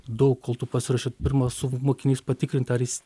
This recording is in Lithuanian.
daug kol tu pasiruoši pirma su mokinys patikrint ar jis